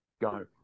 Go